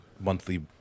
monthly